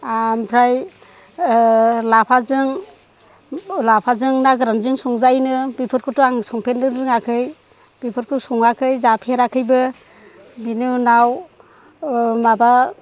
आमफ्राय लाफाजों लाफाजों ना गोरानजों संजायोनो बेफोरखौथ' आं संफेरनो रोङाखै बेफोरखौ सङाखै जाफेराखैबो बिनि उनाव माबा